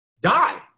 die